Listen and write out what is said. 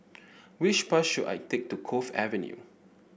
which bus should I take to Cove Avenue